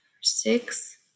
six